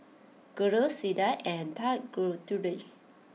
Guru Suda and Tanguturi